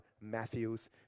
Matthew's